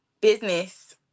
Business